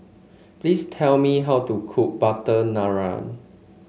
please tell me how to cook butter naan